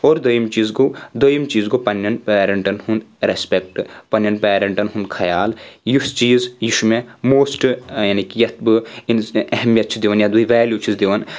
اور دوٚیِم چیٖز گوٚو دوٚیِم چیٖز گوٚو پنٛنِؠن پَیرَنٛٹَن ہُنٛد رَیسپِٮ۪کٹ پنٛنِؠن پَیرَنٛٹَن ہُنٛد خیال یُس چیٖز یہِ چھُ مےٚ موسٹ یعنے کہِ یَتھ بہٕ اہمِیَت چھُس دِوَان یا بیٚیہِ وَیٚلِیوٗ چھُس دِوَان